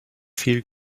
viel